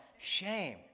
Shame